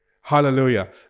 Hallelujah